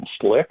slick